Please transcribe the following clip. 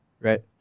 Right